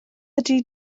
ydy